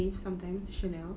faith sometimes sheila